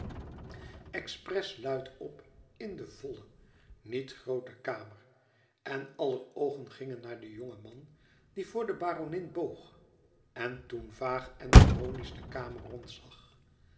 expres luid op in de volle niet groote kamer en alller oogen gingen naar den jongen man die voor de baronin boog en toen vaag en ironisch de kamer rondzag